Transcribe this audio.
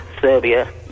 Serbia